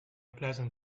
pleasant